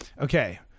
Okay